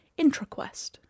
IntraQuest